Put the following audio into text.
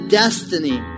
destiny